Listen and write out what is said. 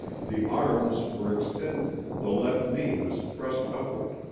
the arms were extended, the left knee was thrust upward.